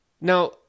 now